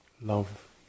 love